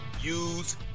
use